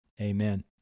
Amen